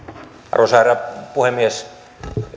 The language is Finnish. arvoisa herra puhemies